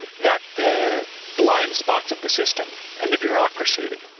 that the blind spots of the system and the bureaucracy